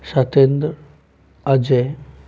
Satendra Ajay